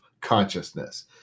consciousness